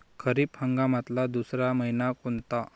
खरीप हंगामातला दुसरा मइना कोनता?